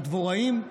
הדבוראים,